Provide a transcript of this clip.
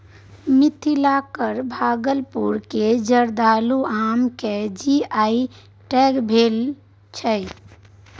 मिथिलाक भागलपुर केर जर्दालु आम केँ जी.आई टैग भेटल छै